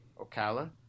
Ocala